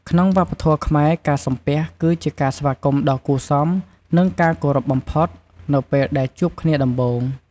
ក្នុងវប្បធម៌ខ្មែរ ការសំពះ គឺជាការស្វាគមន៍ដ៏គួរសម និងការគោរពបំផុត នៅពេលដែលជួបគ្នាដំបូង។